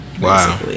Wow